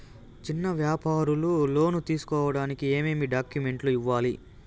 చిన్న వ్యాపారులు లోను తీసుకోడానికి ఏమేమి డాక్యుమెంట్లు ఇవ్వాలి?